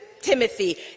Timothy